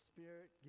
Spirit